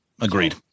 Agreed